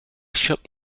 shook